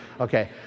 Okay